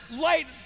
light